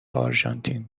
آرژانتین